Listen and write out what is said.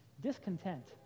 discontent